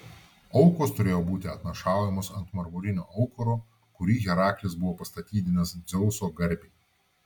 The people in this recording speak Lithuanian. aukos turėjo būti atnašaujamos ant marmurinio aukuro kurį heraklis buvo pastatydinęs dzeuso garbei